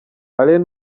alain